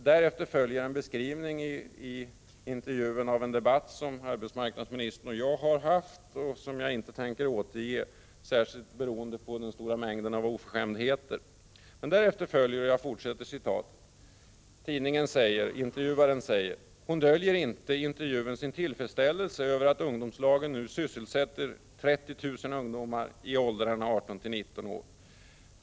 Därefter följer en beskrivning av en debatt i kammaren mellan mig och arbetsmarknadsministern, som jag inte tänker återge, främst på grund av den stora mängden oförskämdheter. Därefter följer: ”Hon döljer heller inte i intervjun sin tillfredsställelse över ungdomslagen, som ny sysselsätter 30 000 ungdomar i åldrarna 18—19 år.